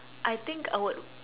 I think I would